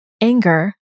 anger